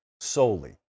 solely